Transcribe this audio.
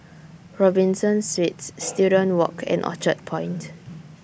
Robinson Suites Student Walk and Orchard Point